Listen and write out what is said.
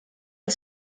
est